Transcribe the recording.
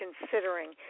considering